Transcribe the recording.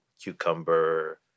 cucumber